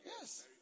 Yes